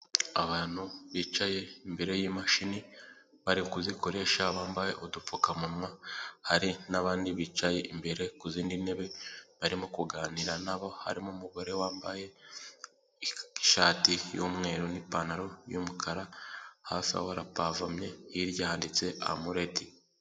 Abantu bicaye imbere y'imashini bari kuzikoresha bambaye udupfukamunwa hari n'abandi bicaye imbere ku zindi ntebe barimo kuganira nabo harimo umugore wambaye ishati y'umweru n'ipantaro y'umukara hafi aho harapavomye hirya handitse amuleti.